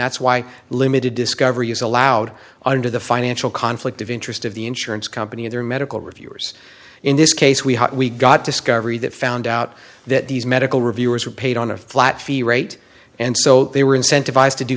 that's why limited discovery is allowed under the financial conflict of interest of the insurance company and their medical reviewers in this case we we got discovery that found out that these medical reviewers were paid on a flat fee rate and so they were incentivized to do